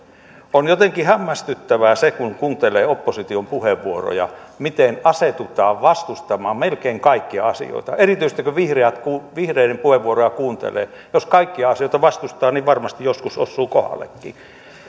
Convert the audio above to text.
on jotenkin hämmästyttävää se kun kuuntelee opposition puheenvuoroja miten asetutaan vastustamaan melkein kaikkia asioita erityisesti kun vihreiden puheenvuoroja kuuntelee jos kaikkia asioita vastustaa niin varmasti joskus osuu kohdalleenkin